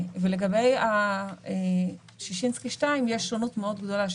ולגבי ששינסקי 2 יש שונות מאוד גדולה,